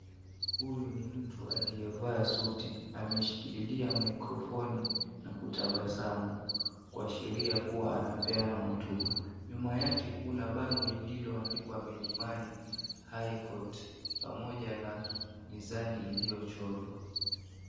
Huu ni mtu aliye vaa suti ameshikililia microphone na kutabasamu kuashiria kuwa anapeana hotuba nyuma yake kuna bango lililo andikwa Milimani high court pamoja na mizani iliyo chorwa.